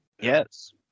Yes